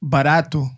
Barato